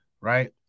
right